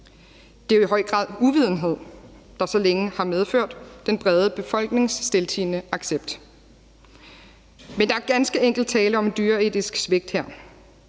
Det er jo i høj grad uvidenhed, der så længe har medført den brede befolknings stiltiende accept. Men der er ganske enkelt tale om dyreetisk svigt her.